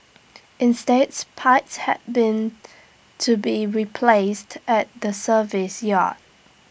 instates pipes have been to be replaced at the service yard